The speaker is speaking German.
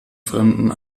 fremden